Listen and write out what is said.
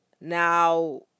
Now